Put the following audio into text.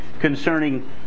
concerning